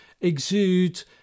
exude